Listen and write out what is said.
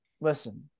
listen